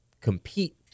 compete